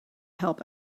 help